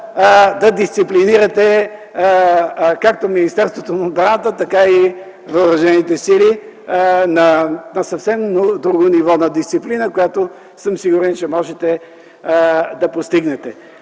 да дисциплинирате както Министерството на отбраната, така и Въоръжените сили на съвсем друго ниво на дисциплина, която съм сигурен, че можете да постигнете.